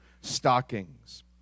stockings